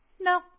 No